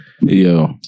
Yo